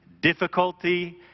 difficulty